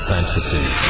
Fantasy